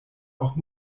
auch